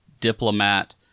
diplomat